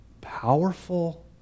powerful